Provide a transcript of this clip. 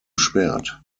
schwert